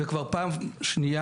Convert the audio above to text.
זה כבר פעם שנייה,